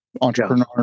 entrepreneur